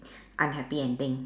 unhappy ending